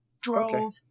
Drove